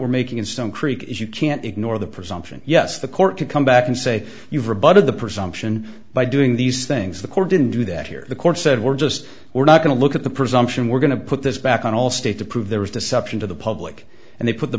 we're making in some creek is you can't ignore the presumption yes the court can come back and say you've rebutted the presumption by doing these things the court didn't do that here the court said we're just we're not going to look at the presumption we're going to put this back on all state to prove there was deception to the public and they put the